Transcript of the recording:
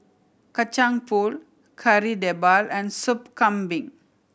Kacang Pool Kari Debal and Soup Kambing